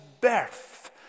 birth